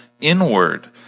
inward